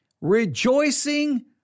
rejoicing